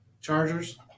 Chargers